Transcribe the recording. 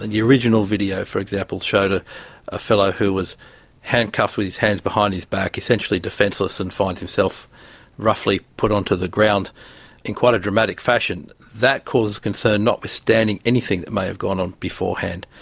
the original video, for example showed ah a fellow who was handcuffed with his hands behind his back, essentially defenceless, and finds himself roughly put onto the ground in quite a dramatic fashion. that caused concern, notwithstanding anything that may have gone on beforehand.